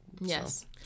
Yes